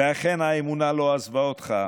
ואכן האמונה לא עזבה אותך.